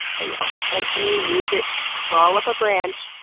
and essentially leads it to crawl up a branch,